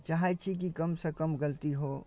आओर चाहै छी कि कमसँ कम गलती हो